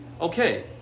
Okay